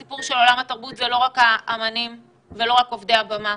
הסיפור של עולם התרבות זה לא רק האמנים ולא רק עובדי הבמה,